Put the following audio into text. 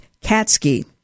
Katsky